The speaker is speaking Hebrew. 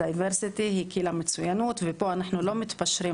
diversity היא מפתח למצוינות ופה אנחנו לא מתפשרים